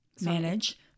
manage